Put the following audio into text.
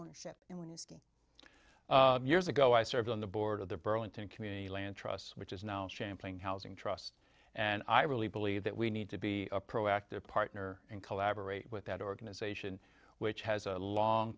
ownership and wednesday years ago i served on the board of the burlington community land trusts which is now champlain housing trust and i really believe that we need to be a proactive partner and collaborate with that organization which has a long